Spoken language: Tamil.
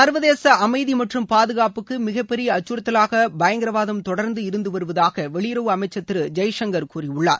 சர்வதேச அமைதி மற்றும் பாதுகாப்புக்கு மிக பெரிய அக்கறுத்தலாக பயங்கரவாதம் தொடர்ந்து இருந்து வருவதாக வெளியுறவு அமைச்சர் திரு ஜெய்சங்கர் கூறியுள்ளார்